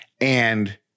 And-